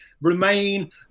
remain